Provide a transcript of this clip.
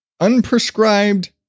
unprescribed